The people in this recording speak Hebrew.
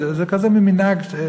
זה כזה מין מנהג.